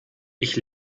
ich